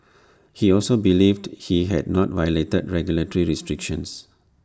he also believed he had not violated regulatory restrictions